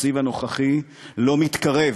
התקציב הנוכחי לא מתקרב,